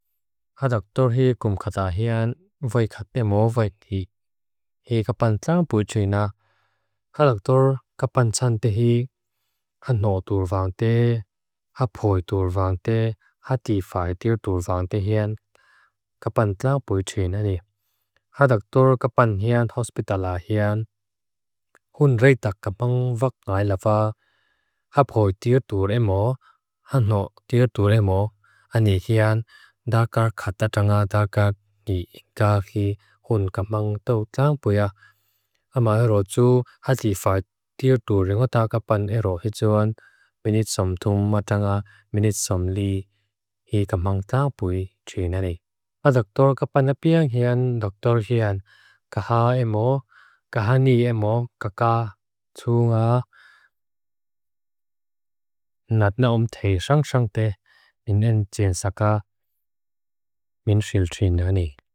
Ḥadakṭur hi kumkhata hian, vaikhate mo vaidhi. Hi kapan tláng pui chuina. Ḥadakṭur, kapan chante hi. Ḥano tur vante. Ḥaphoi tur vante. Ḥatifai tir tur vante hian. Kapan tláng pui chuina ni. Ḥadakṭur, kapan hian, hospitala hian. Khun reitak kapang vak ngai lava. Ḥaphoi tir tur emo. Ḥano tir tur emo. Ani hian, dakar khatatanga, dakar ngi ingkahi. Khun kapang tláng pui. Amai roju. Ḥatifai tir tur ringota. Kapan ero hituan. Minit som tummatanga. Minit som li. Hi kapang tláng pui chuina ani. Ḥadakṭur, kapan apiang hian. Ḥadakṭur hian. Kaha emo. Kaha nyi emo. Kaka. Tunga. Natna om thei shang shang te. Minen chinsaka. Minshil china ani.